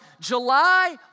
July